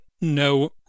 No